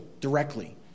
directly